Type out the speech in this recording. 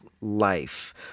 life